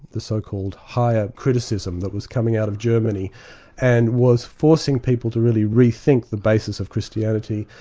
the so-called higher criticism that was coming out of germany and was forcing people to really re-think the basis of christianity,